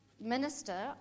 Minister